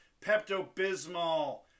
pepto-bismol